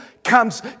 comes